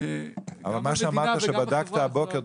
שגם המדינה וגם החברה יכולה --- אבל מה שאמרת שבדקת הבוקר,